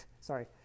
sorry